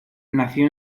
nació